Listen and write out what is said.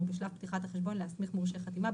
בשלב פתיחת החשבון להסמיך מורשה חתימה,